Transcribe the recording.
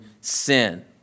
sin